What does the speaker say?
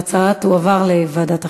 ההצעה תועבר לוועדת החינוך.